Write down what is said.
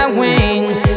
wings